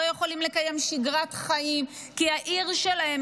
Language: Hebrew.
לא יכולים לקיים שגרת חיים כי העיר שלהם,